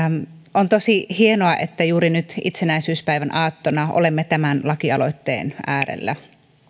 on tosi hienoa että juuri nyt itsenäisyyspäivän aattona olemme tämän lakialoitteen äärellä